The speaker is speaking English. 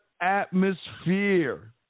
atmosphere